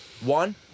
one